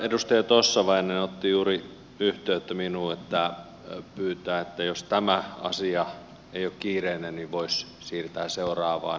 edustaja tossavainen otti juuri yhteyttä minuun ja hän pyytää että jos tämä asia ei ole kiireinen niin sen voisi siirtää seuraavaan istuntoon